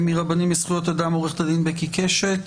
מרבנים לזכויות אדם: עורכת הדין בקי קשת.